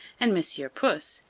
and monsieur puss,